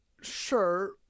Sure